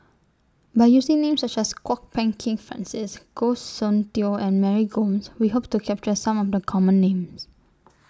By using Names such as Kwok Peng Kin Francis Goh Soon Tioe and Mary Gomes We Hope to capture Some of The Common Names